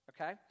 okay